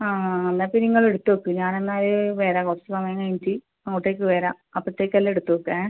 ആ എന്നാൽ പിന്നെ നിങ്ങള് എടുത്ത് വെക്ക് ഞാൻ എന്നാല് വരാം കുറച്ച് സമയം കഴിഞ്ഞിട്ട് അങ്ങോട്ടേക്ക് വരാം അപ്പത്തേക്കും എല്ലാം എടുത്ത് വെക്ക് ഏഹ്